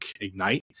Ignite